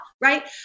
right